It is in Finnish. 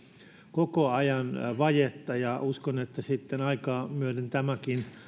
koko ajan vajetta ja uskon että sitten aikaa myöten tämäkin